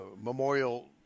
memorial